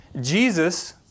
Jesus